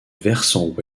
versant